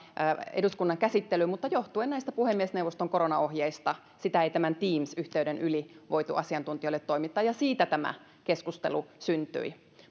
eduskunnan käsittelyyn mutta johtuen näistä puhemiesneuvoston koronaohjeista sitä ei tämän teams yhteyden yli voitu asiantuntijoille toimittaa ja siitä tämä keskustelu syntyi